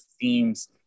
themes